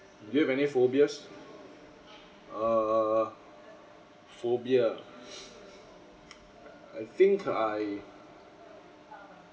do you have any phobias err phobia I think I